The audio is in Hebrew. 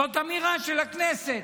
זו אמירה של הכנסת,